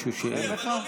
דודי,